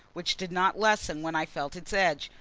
which did not lessen when i felt its edge.